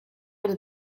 pod